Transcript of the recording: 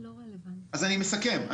אני מסכם.